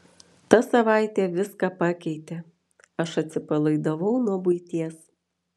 ta savaitė viską pakeitė aš atsipalaidavau nuo buities